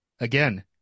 again